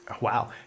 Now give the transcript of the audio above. Wow